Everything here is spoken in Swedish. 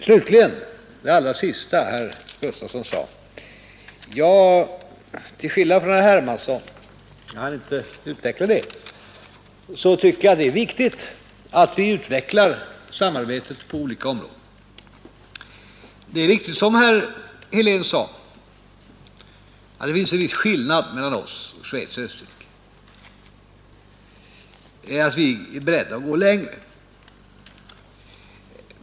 Slutligen några ord till det sista som herr Gustafson sade, till skillnad från herr Hermansson i Stockholm — men det hinner jag inte här gå närmare in på — tycker jag att det är viktigt att vi utvecklat samarbetet 83 på olika områden. Det är riktigt som herr Helén sade att det finns en viss skillnad mellan Sverige, Schweiz och Österrike och att vi är beredda att gå längre.